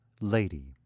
lady